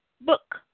book